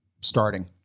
starting